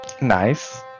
Nice